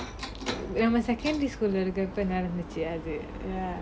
நம்ம:namma secondary school leh இருக்குறப்போ நடந்துச்சு அது:irukkurappo nadanthuchi athu